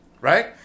right